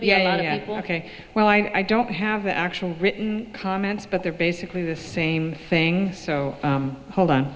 f ok well i don't have the actual written comments but they're basically the same thing so hold on